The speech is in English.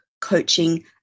coaching